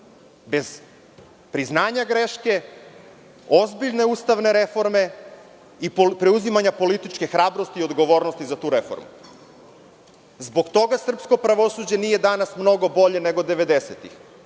bez priznanja greške, ozbiljne ustavne reforme i preuzimanja političke hrabrosti i odgovornosti za tu reformu. Zbog toga srpsko pravosuđe nije danas mnogo bolje nego